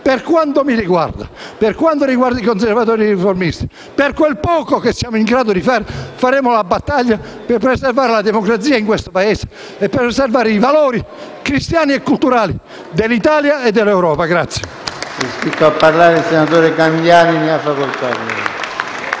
Per quanto mi riguarda, per quanto riguarda i Conservatori e Riformisti, per quel poco che siamo in grado di fare, porteremo avanti una battaglia per preservare la democrazia in questo Paese e i valori cristiani e culturali dell'Italia e dell'Europa.